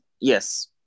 yes